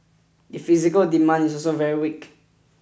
the physical demand is also very weak